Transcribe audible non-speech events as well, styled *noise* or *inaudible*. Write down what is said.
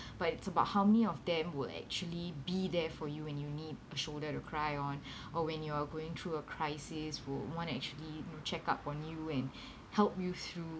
but it's about how many of them will actually be there for you when you need a shoulder to cry on *breath* or when you're going through a crisis who one actually check up on you and help you through